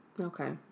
Okay